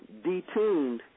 detuned